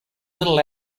little